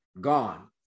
gone